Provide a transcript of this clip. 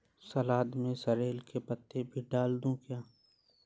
सलाद में सॉरेल के पत्ते भी डाल दूं क्या?